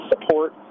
support